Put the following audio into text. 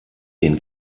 den